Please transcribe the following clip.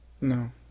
no